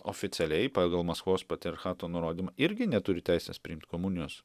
oficialiai pagal maskvos patriarchato nurodymą irgi neturi teisės priimt komunijos